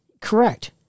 correct